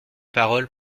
paroles